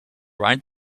right